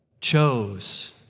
chose